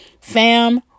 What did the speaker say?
Fam